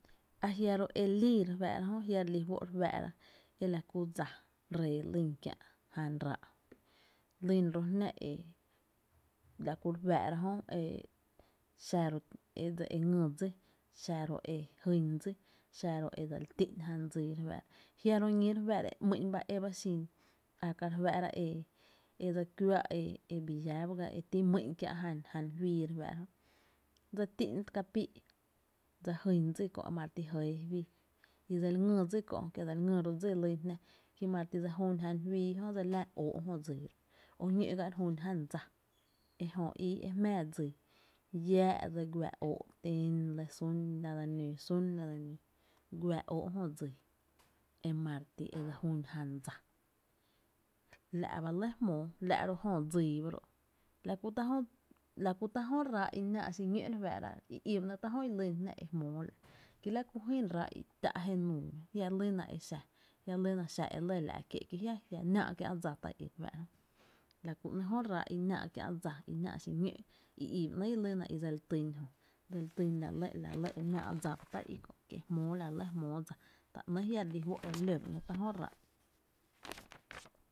Ajiaro’ e lii re fáá’ra jö, jia’ re lí fó’ re fáá’ra e la kú dsa ree lýn kiä’ jan ráá’, lyn ro’ jná e la kú re fáá’ra jö e xa e dse l ngý dsí, e jyn dsí, xa ro’ e dseli ti’n jan dsii, jia’ ro ñí re fáá’ra e ‘mýn e e ba xin a ka’ re fáá’ra e dse juⱥⱥ’ e llá by ga ti’n mý’n kiä’ jan, ja fíi re fáá’ra jö, dse t´’in ka píí’ dse jyn dsí kö ma re jëë fíi, kié dse li ngý ro’ dsi kö’ lýn jná ki ma re ti dse jún jan fíí jö dse li láá óó’ jö dsii ro’ o ñó’ ga e re jún jan dsa e jö ba ii e jmⱥⱥ dsii, llá’ dse guⱥ óó’ té’ lɇ sún la dse nǿǿ, sún la dse nǿǿ, guá óó’ jö dsii e ma re ti e dse jún jan dsa, la’ ba lɇ jmóo, la’ ro’ jö dsii ba ro’ la kú tá jö la kú tá’ jö ráá’ i náá’ xiñó’ re fáá’ra i i ba ‘nɇɇ’ i lýn jná tá’ jö i jmóo la’ ki la kú jyn ráá’ i tá’ jenuu jialyna e xa, jailyna xa e lɇ la’ kié’ kí jia’ náá’ kiä’ dsa tá’ i i re fáá’ra jö, la kú ‘nɇɇ’ jö ráá’ i náá’ kiä’ dsa ba ‘nɇɇ’ i náá’ xiñó’ i i ba nɇɇ’ i lyna e dseli týn jö, e la lɇ náá’ dsa ba tá’ i i kö’, kie’ jmóo la lɇ e mjmoo dsa ta ‘nɇɇ’ jia’ re lí fó’ e reló ba ‘nɇɇ’ tá’ jö ráá’.